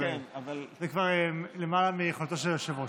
זה כבר למעלה מיכולתו של היושב-ראש.